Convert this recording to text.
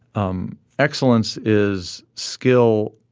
um excellence is skill.